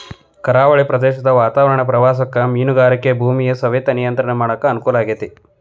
ಕರಾವಳಿ ಪ್ರದೇಶದ ವಾತಾವರಣ ಪ್ರವಾಸಕ್ಕ ಮೇನುಗಾರಿಕೆಗ ಭೂಮಿಯ ಸವೆತ ನಿಯಂತ್ರಣ ಮಾಡಕ್ ಅನುಕೂಲ ಆಗೇತಿ